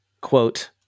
quote